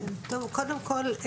קודם כל,